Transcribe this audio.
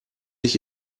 ich